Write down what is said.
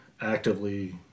actively